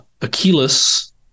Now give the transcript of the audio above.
Achilles